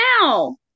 now